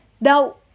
Now